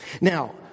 now